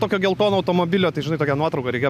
tokio geltono automobilio tai žinai tokią nuotrauką reikėjo